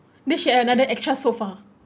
make sure have another extra sofa